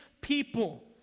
people